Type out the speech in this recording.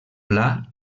pla